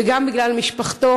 וגם בגלל משפחתו,